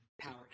power